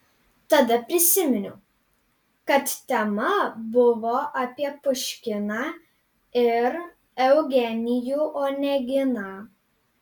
tada prisiminiau kad tema buvo apie puškiną ir eugenijų oneginą